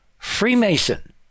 Freemason